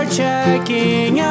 checking